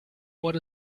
what